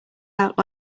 out